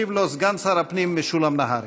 ישיב לו סגן שר הפנים משולם נהרי.